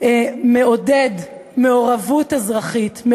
מעודד מעורבות אזרחית,